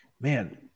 man